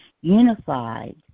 unified